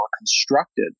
constructed